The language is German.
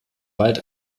wald